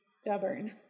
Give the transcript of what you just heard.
stubborn